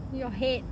your head